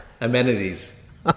Amenities